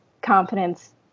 confidence